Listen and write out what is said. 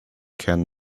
can